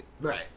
right